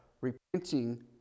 repenting